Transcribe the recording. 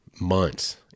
months